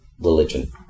religion